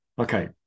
Okay